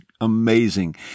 amazing